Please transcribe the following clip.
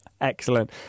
Excellent